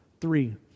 Three